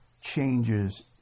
changes